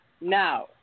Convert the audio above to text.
Now